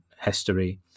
history